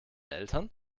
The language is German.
eltern